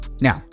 Now